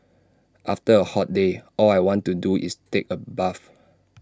after A hot day all I want to do is take A bath